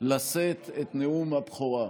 לשאת את נאום הבכורה.